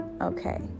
Okay